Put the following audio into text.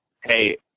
hey